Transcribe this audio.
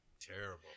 terrible